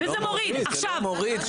זה לא מוריד, זה לא מוריד.